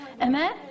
Amen